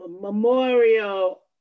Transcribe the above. memorial